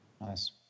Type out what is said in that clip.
nice